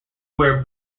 wear